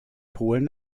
polen